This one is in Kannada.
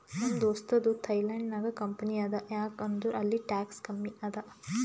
ನಮ್ ದೋಸ್ತದು ಥೈಲ್ಯಾಂಡ್ ನಾಗ್ ಕಂಪನಿ ಅದಾ ಯಾಕ್ ಅಂದುರ್ ಅಲ್ಲಿ ಟ್ಯಾಕ್ಸ್ ಕಮ್ಮಿ ಅದಾ